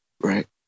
Right